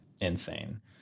Insane